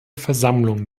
versammlung